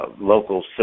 local